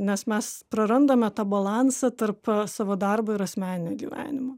nes mes prarandame tą balansą tarp savo darbo ir asmeninio gyvenimo